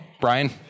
brian